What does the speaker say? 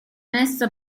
messo